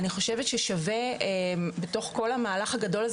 אני חושבת ששווה בתוך כל המהלך הגדול הזה